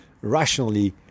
rationally